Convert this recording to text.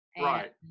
right